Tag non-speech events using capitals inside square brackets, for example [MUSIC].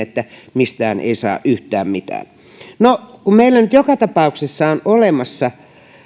[UNINTELLIGIBLE] että mistään ei saa yhtään mitään no meillä nyt joka tapauksessa on olemassa